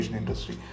industry